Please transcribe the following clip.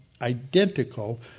identical